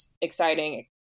exciting